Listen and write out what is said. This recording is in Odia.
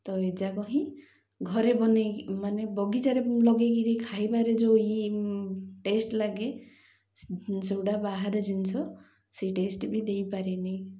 ତ ଏଯାକ ହିଁ ଘରେ ବନାଇ ମାନେ ବଗିଚାରେ ଲଗାଇକିରି ଖାଇବାରେ ଯେଉଁ ଇ ଟେଷ୍ଟ ଲାଗେ ସେଗୁଡ଼ା ବାହାରେ ଜିନିଷ ସେ ଟେଷ୍ଟ ବି ଦେଇ ପାରେନି